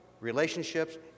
relationships